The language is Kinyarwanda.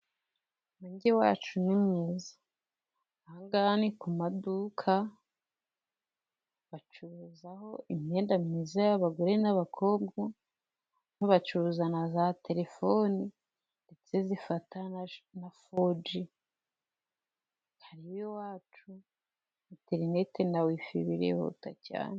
Umugi wacu ni mwiza, aha hangaha ni ku maduka, bacuruzaho imyenda myiza y'abagore n'abakobwa, ariko bacuruza na za terefoni, ndetse zifata na foji, ari iwacu interineti na wifi, birihuta cyane.